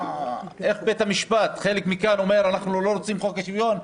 חלק מהאנשים כאן אומרים: אנחנו לא רוצים חוק שוויון,